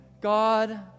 God